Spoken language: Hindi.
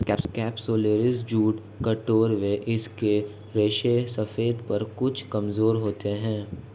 कैप्सुलैरिस जूट कठोर व इसके रेशे सफेद पर कुछ कमजोर होते हैं